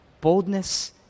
Boldness